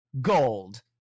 gold